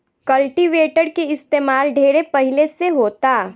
cultivator के इस्तमाल ढेरे पहिले से होता